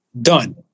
done